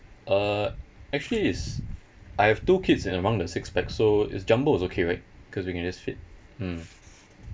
uh actually it's I have two kids and among the six pax so is jumbo is okay right because we can just fit mm